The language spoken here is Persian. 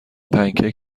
پنکیک